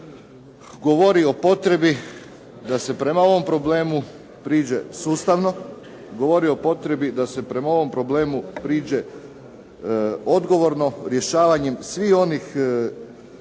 govori o potrebi da se prema ovom problemu priđe sustavno. Govori o potrebi da se prema ovom problemu priđe odgovorno, rješavanjem svih onih